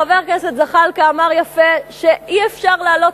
חבר הכנסת זחאלקה אמר יפה שאי-אפשר להעלות